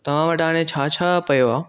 तव्हां वटि हाणे छा छा पियो आहे